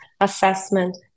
assessment